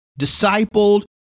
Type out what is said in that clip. discipled